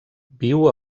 viu